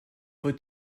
wird